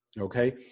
Okay